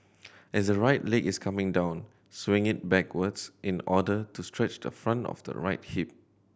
as the right leg is coming down swing it backwards in order to stretch the front of the right hip